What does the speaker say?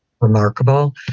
remarkable